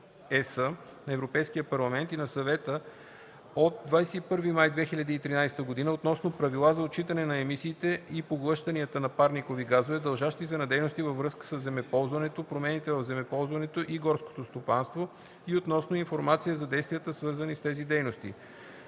на Европейския парламент и на Съвета от 21 май 2013 г. относно правила за отчитане на емисиите и поглъщанията на парникови газове, дължащи се на дейности във връзка със земеползването, промените в земеползването и горското стопанство, и относно информация за действията, свързани с тези дейности